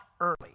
early